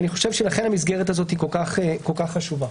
לכן המסגרת הזאת כל כך חשובה.